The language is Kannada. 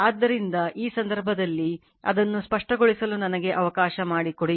ಆದ್ದರಿಂದ ಈ ಸಂದರ್ಭದಲ್ಲಿ ಅದನ್ನು ಸ್ಪಷ್ಟಗೊಳಿಸಲು ನನಗೆ ಅವಕಾಶ ಮಾಡಿಕೊಡಿ